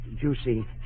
juicy